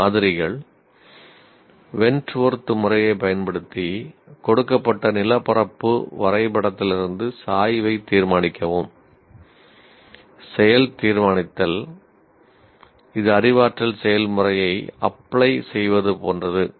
சில மாதிரிகள் வென்ட்வொர்த் செய்வது போன்றது